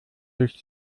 durch